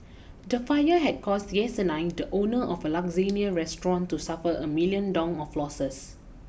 the fire had caused Yesenia the owner of a Lasagne restaurant to suffer a million Dong of losses